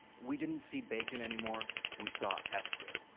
we didn't see bacon anymore. we saw esther.